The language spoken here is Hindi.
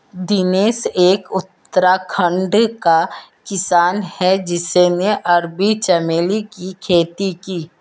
दिनेश एक उत्तराखंड का किसान है जिसने अरबी चमेली की खेती की